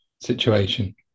situation